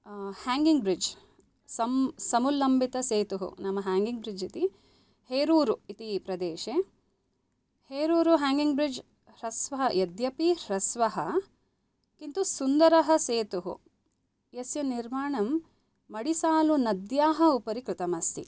hanging bridge समुल्लम्बितसेतु नाम hanging bridge इति हेरूरु इति प्रदेशे हेरूरु ह्याङ्गिङ्ग् ब्रिड्ज् ह्रस्व यद्यपि ह्रस्व किन्तु सुन्दर सेतु यस्य निर्माणं मडिसालु नद्या उपरि कृतमस्ति